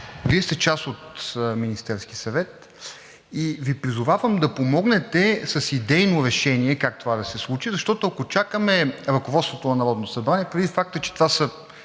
Вие сте част от Министерския съвет и Ви призовавам да помогнете с идейно решение как това да се случи. Защото, ако чакаме ръководството на Народното събрание, предвид факта, че това са